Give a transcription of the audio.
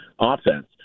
offense